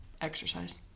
exercise